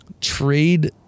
trade